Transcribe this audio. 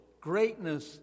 greatness